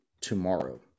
tomorrow